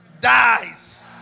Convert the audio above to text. dies